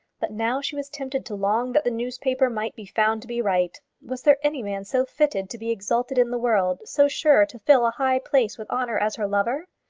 but now she was tempted to long that the newspaper might be found to be right. was there any man so fitted to be exalted in the world, so sure to fill a high place with honour, as her lover?